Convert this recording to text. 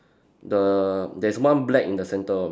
the there's one black in the center of it